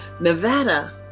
Nevada